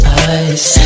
eyes